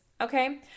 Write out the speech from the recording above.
Okay